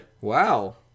Wow